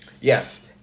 Yes